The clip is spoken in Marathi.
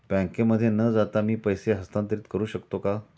बँकेमध्ये न जाता मी पैसे हस्तांतरित करू शकतो का?